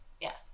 Yes